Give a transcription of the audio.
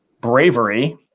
bravery